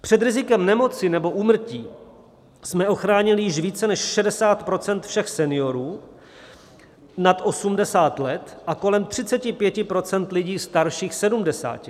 Před rizikem nemoci nebo úmrtí jsme ochránili již více než 60 % všech seniorů nad 80 let a kolem 35 % lidí starších 70 let.